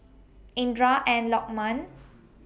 Indra and Lokman